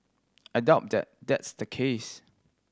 I doubt that that's the case